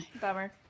Bummer